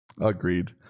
Agreed